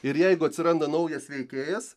ir jeigu atsiranda naujas veikėjas